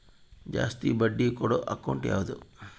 ಜಾಸ್ತಿ ಬಡ್ಡಿ ಕೊಡೋ ಅಕೌಂಟ್ ಯಾವುದು?